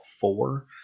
four